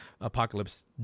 Apocalypse